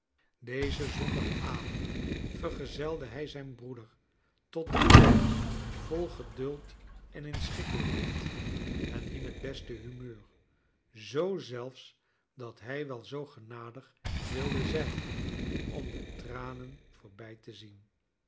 dezen zondogavond vergezeide hij zijn broeder tot de poort vol geduld en inschikkelijkheid en in het beste hurneur zoo zelfs dat hij wel zoo genadig wilde zijn om de tranen voorbij te zien